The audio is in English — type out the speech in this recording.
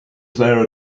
their